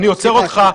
אבל אני עוצר אותך,